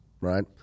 right